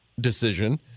decision